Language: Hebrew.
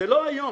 זה לא היום,